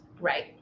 Right